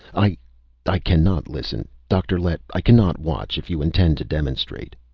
i. i cannot listen, dr. lett. i cannot watch, if you intend to demonstrate!